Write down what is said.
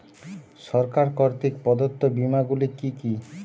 সরকার কর্তৃক প্রদত্ত বিমা গুলি কি কি?